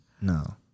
No